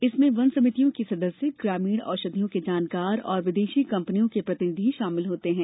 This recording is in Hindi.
इसमें वन समितियों के सदस्य ग्रामीण औषधियों के जानकार और विदेशी कंपनियों के प्रतिनिधि शामिल होते हैं